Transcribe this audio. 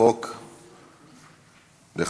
נא להצביע.